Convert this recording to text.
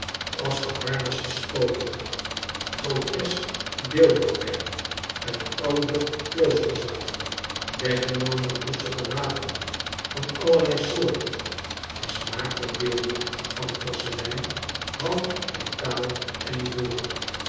als geharnaste spoken grotesk beeldhouwwerk uit oude kloosterzalen weggenomen roestige wapenen van allerlei soort mismaakte beelden van porselein hout metaal en ivoor